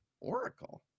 Oracle